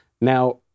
Now